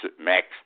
Max